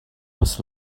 was